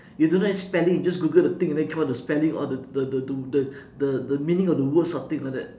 you don't know any spelling you just google the thing and then come out the spelling all the the the the the the the the meaning of the words something like that